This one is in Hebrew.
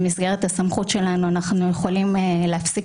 במסגרת הסמכות שלנו אנחנו יכולים להפסיק